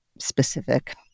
specific